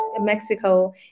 Mexico